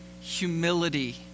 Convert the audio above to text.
humility